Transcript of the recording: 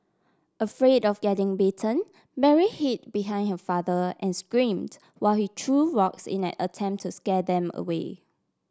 afraid of getting bitten Mary hid behind her father and screamed while he threw rocks in an attempt to scare them away